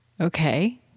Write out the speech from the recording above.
Okay